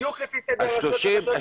בדיוק לפי סדר העדיפויות של הרשויות החלשות.